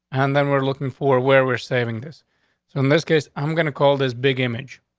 and then we're looking for where we're saving this. so in this case, i'm gonna call this big image.